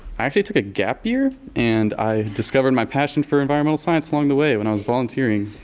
actually took a gap year and i discovered my passion for environmental science along the way when i was volunteering.